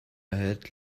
hat